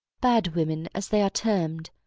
bad women, as they are termed,